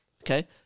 okay